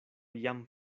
jam